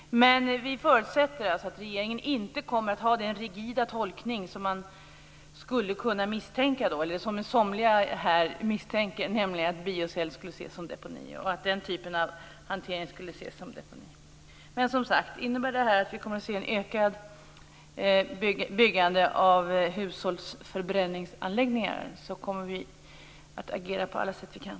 Vi i Miljöpartiet förutsätter alltså att regeringen inte kommer att ha den rigida tolkning man skulle kunna misstänka och som somliga här misstänker, nämligen att bioceller och den typen av hantering skulle ses som deponi. Men som sagt: Om detta innebär att vi kommer att se ett ökat byggande av hushållsförbränningsanläggningar så kommer vi i Miljöpartiet att agera på alla sätt vi kan.